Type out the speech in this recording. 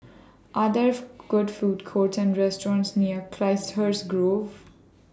Are There Good Food Courts Or restaurants near Chiselhurst Grove